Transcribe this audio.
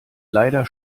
leider